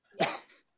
Yes